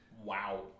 wow